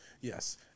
yes